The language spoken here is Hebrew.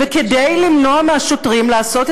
זה היועץ המשפטי לממשלה שהוא בעצמו מינה.